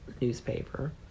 newspaper